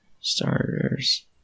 starters